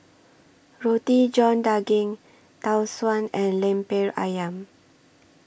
Roti John Daging Tau Suan and Lemper Ayam